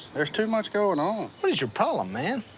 there's too much going on. what is your problem, man?